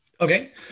Okay